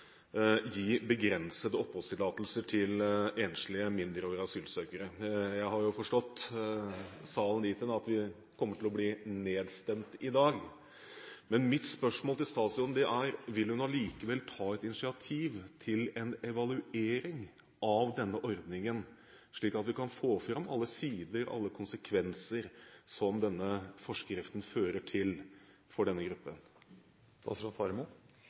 gi begrensede oppholdstillatelser til enslige mindreårige asylsøkere. Jeg har forstått salen dit hen at vi kommer til å bli nedstemt i dag. Men mitt spørsmål til statsråden er: Vil hun allikevel ta et initiativ til en evaluering av denne ordningen, slik at vi kan få fram alle sider, alle konsekvenser, som denne forskriften fører til for denne gruppen?